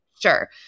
sure